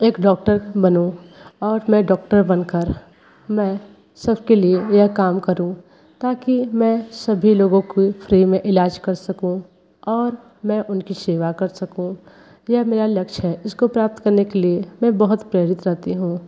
एक डॉक्टर बनूँ और मैं डॉक्टर बन कर मैं सब के लिए यह काम करूँ ताकि मैं सभी लोगों को फ्री में इलाज कर सकूँ और मैं उनकी सेवा कर सकूँ यह मेरा लक्ष्य है इसको प्राप्त करने के लिए मैं बहुत प्रेरित रहती हूँ